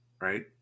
right